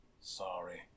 Sorry